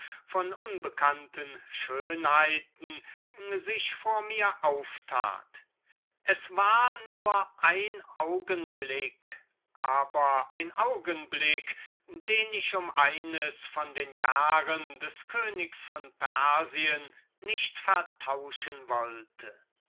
von unbekannten schönheiten sich vor mir auftat es war nur ein augenblick aber ein augenblick den ich um eines von den jahren des königs von persien nicht vertauschen wollte